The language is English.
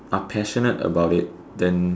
are passionate about it then